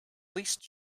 least